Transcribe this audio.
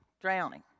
drowning